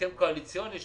הסכם קואליציוני.